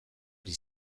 ari